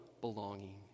belonging